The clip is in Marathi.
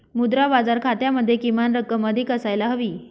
मुद्रा बाजार खात्यामध्ये किमान रक्कम अधिक असायला हवी